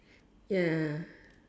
ya